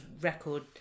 record